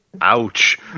Ouch